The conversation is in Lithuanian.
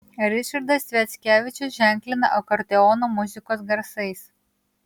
ričardas sviackevičius ženklina akordeono muzikos garsais